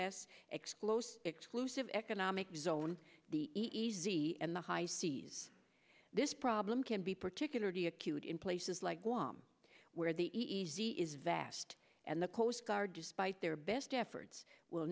explosive exclusive economic zone the easy and the high seas this problem can be particularly acute in places like wam where the easy is vast and the coastguard despite their best efforts will